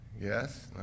Yes